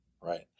Right